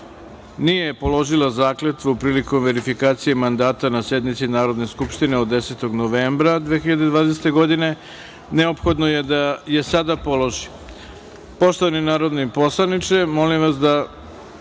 nije položila zakletvu prilikom verifikacije mandata na sednici Narodne skupštine 10. novembra 2020. godine, neophodno je da je sada položi. Poštovani narodni poslaniče, molim vas da,